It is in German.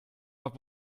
auch